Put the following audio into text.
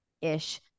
ish